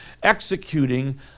executing